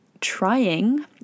trying